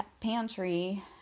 pantry